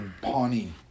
Pawnee